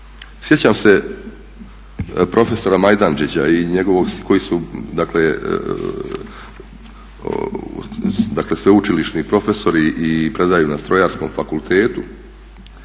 sjećam se profesora Majdandžića i njegovog … dakle sveučilišni profesori i predaju na Strojarskom fakultetu